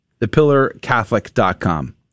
thepillarcatholic.com